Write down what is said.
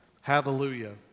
Hallelujah